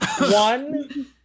one